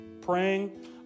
praying